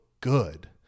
good